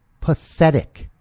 pathetic